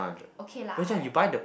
okay lah